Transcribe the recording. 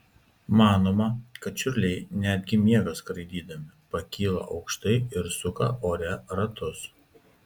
manoma kad čiurliai netgi miega skraidydami pakyla aukštai ir suka ore ratus